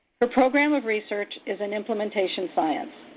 her program of research is in implementation science.